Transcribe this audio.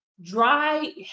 dry